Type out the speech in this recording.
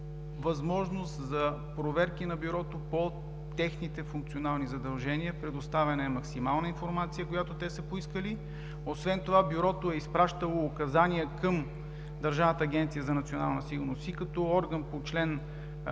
за проверки на Бюрото по техните функционални задължения, предоставяне на максимална информация, която те са поискали. Освен това Бюрото е изпращало указания към Държавната агенция за национална сигурност и като орган по чл.